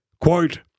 quote